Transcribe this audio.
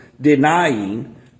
denying